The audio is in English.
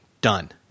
done